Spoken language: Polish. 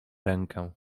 rękę